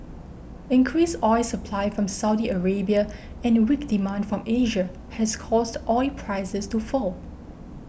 increased oil supply from Saudi Arabia and weak demand from Asia has caused oil prices to fall